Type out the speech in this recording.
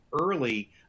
early